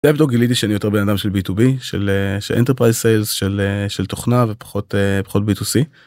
גיליתי שאני יותר בן אדם של b2b של אנטרפרייז סיילס של של תוכנה ופחות פחות b2c.